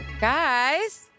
Guys